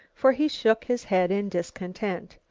for he shook his head in discontent.